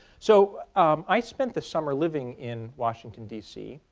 so i spent the summer living in washington, dc,